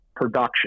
production